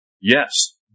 Yes